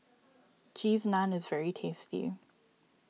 Cheese Naan is very tasty